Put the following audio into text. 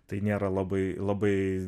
tai nėra labai labai